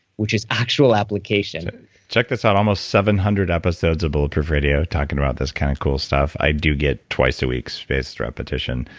which is actual application check this out. almost seven hundred episodes of bulletproof radio talking about this kind of cool stuff. i do get twice a week spaced repetition.